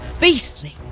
beastly